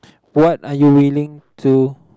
what are you willing to